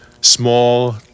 small